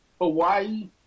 Hawaii